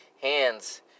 hands